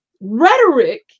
rhetoric